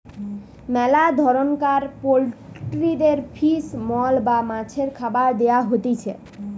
মেলা ধরণকার পোল্ট্রিদের ফিশ মিল বা মাছের খাবার দেয়া হতিছে